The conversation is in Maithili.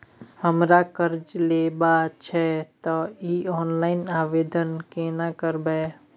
हमरा कर्ज लेबा छै त इ ऑनलाइन आवेदन केना करबै?